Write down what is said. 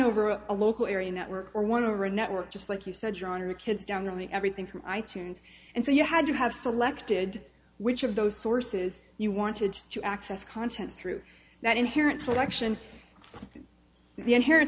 over a local area network or one or a network just like you said john or kids generally everything from i tunes and so you had to have selected which of those sources you wanted to access content through that inherent selection and the inherent